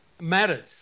matters